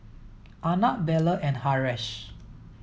Arnab Bellur and Haresh